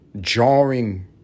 jarring